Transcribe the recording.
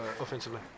offensively